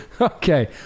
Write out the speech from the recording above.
Okay